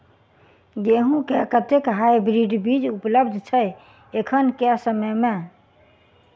गेंहूँ केँ कतेक हाइब्रिड बीज उपलब्ध छै एखन केँ समय मे?